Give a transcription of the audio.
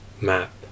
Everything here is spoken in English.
map